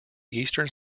eastern